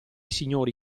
signori